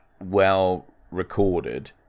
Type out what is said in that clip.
well-recorded